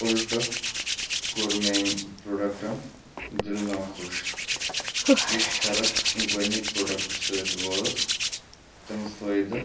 اُلٹہٕ کوٚر مےٚ أمۍ پرٛوڈَکٹَن دِل نا خوش یُس فرق گۄڈنِکۍ پرٛوڈَکٹ سۭتۍ وٲژ تِم فٲیدٕ